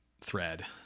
thread